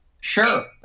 Sure